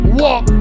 walk